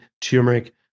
turmeric